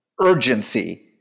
urgency